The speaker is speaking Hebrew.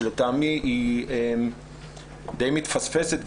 שלדעתי די מתפספסת.